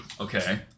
Okay